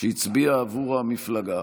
שהצביע עבור המפלגה,